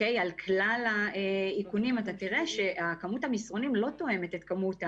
על כלל האיכונים אתה תראה שכמות המסרונים לא תואמת את כמות הערעורים.